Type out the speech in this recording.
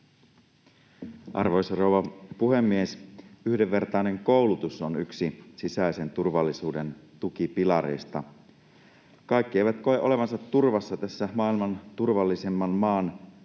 Arvoisa rouva puhemies! Yhdenvertainen koulutus on yksi sisäisen turvallisuuden tukipilareista. Kaikki eivät koe olevansa turvassa tämän maailman turvallisimman maan